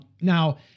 now